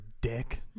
dick